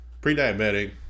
pre-diabetic